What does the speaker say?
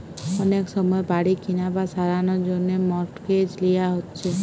অনেক সময় বাড়ি কিনা বা সারানার জন্যে মর্টগেজ লিয়া হচ্ছে